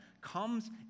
comes